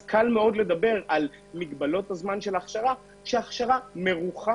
קל מאוד לדבר על מגבלות הזמן של ההכשרה כשההכשרה מרוחה